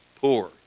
poor